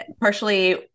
Partially